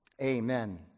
Amen